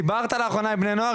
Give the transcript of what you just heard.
דיברת לאחרונה עם בני נוער?